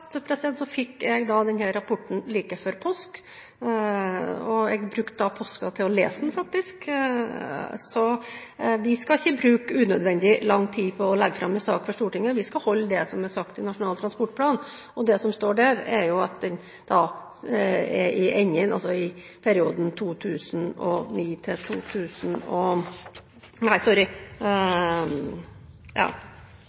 fikk jeg denne rapporten like før påske, og jeg brukte faktisk påsken til å lese den. Vi skal ikke bruke unødvendig lang tid på å legge fram en sak for Stortinget. Vi skal holde det som er sagt i Nasjonal transportplan. Det som står der, er jo i enden av 2009 – sorry, nå går det i surr med årstallene. Vi skal holde det som står i Nasjonal transportplan, og jeg kommer til